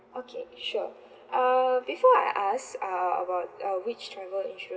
okay sure uh before I ask uh about uh which travel insurance